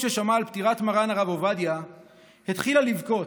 כששמעה על פטירת מרן הרב עובדיה התחילה לבכות,